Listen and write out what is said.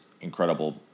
incredible